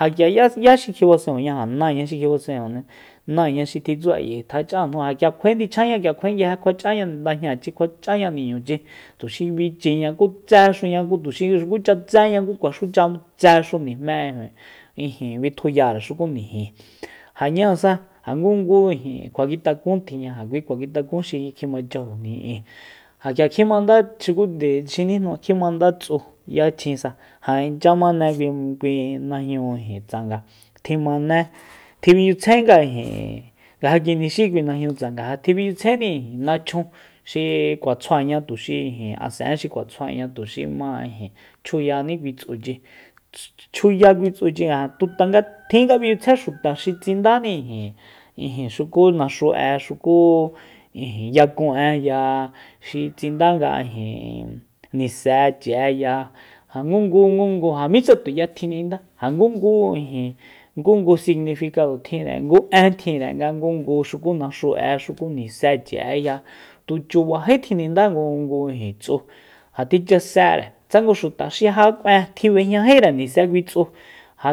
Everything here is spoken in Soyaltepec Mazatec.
Ja k'iaya 'yá xi kjibasenjuña ja náaña xi kjibasenjuña náaña xi tjitsu tja ch'ajnu ja k'ia kjuae ndichjaña k'ia kjuae nguije kjuae ch'aña nadajñachi kjuae ch'aña niñuchi tuxi bichiña ku tsexuña tuxi xukucha tséña ku kuaxucha tse xu nijmé ijin bitjuyare xuku niji ja ñáasa ja ngungu ijin kjuakitakun tjinña kui kjuakitakun xi kjimachajóñijin ja k'ia kjimanda xuku nde xinijnu kjimanda tsu yachjinsa ja inchya mane kui- kui najnu ijin tsanga tjimané tjinbinchyutsjaenga ijin nga ja kinixi kui najñu tsanga ja tjimichitsjaeni nachun xi kjua tsjuaña tuxi ijin asen'e xi kjuatsjuaña tuxi ma chjuyanín kui tsuchi chjuya kui tsuchi nga ja tu tanga tjin nga michyitsjae xuta xi tsindáni ijin- ijin xuku naxu'e xuku yakun'eya xi tsindanga ijin nisechi'eya ja ngungu ja mitsa tuya tjininfdá ja ngungu ijin ngungu significado tjinre ngu en tjinre nga ngungu xuku naxu'e xuku nisechiya tu chubají tjinindá ngu ijin tsu ja tjichasere tsa ngu xuta xui ja k'uen tjib'ejñajíre nise kui tsu ja